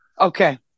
Okay